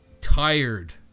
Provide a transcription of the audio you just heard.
tired